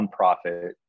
nonprofit